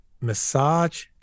massage